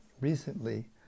recently